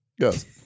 Yes